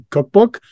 Cookbook